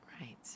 Right